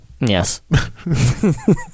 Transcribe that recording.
Yes